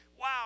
wow